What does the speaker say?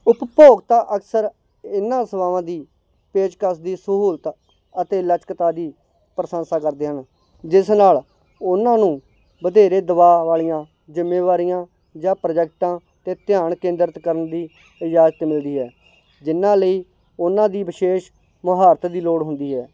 ਉਪਭੋਗਤਾ ਅਕਸਰ ਇਹਨਾਂ ਸੇਵਾਵਾਂ ਦੀ ਪੇਸ਼ਕਸ਼ ਦੀ ਸਹੂਲਤ ਅਤੇ ਲਚਕਤਾ ਦੀ ਪ੍ਰਸੰਸਾ ਕਰਦੇ ਹਨ ਜਿਸ ਨਾਲ ਉਹਨਾਂ ਨੂੰ ਵਧੇਰੇ ਦਬਾਅ ਵਾਲੀਆਂ ਜ਼ਿੰਮੇਵਾਰੀਆਂ ਜਾਂ ਪ੍ਰੋਜੈਕਟਾਂ 'ਤੇ ਧਿਆਨ ਕੇਂਦਰਿਤ ਕਰਨ ਦੀ ਇਜਾਜ਼ਤ ਮਿਲਦੀ ਹੈ ਜਿਨ੍ਹਾਂ ਲਈ ਉਹਨਾਂ ਦੀ ਵਿਸ਼ੇਸ਼ ਮੁਹਾਰਤ ਦੀ ਲੋੜ ਹੁੰਦੀ ਹੈ